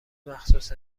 مخصوص